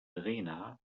rena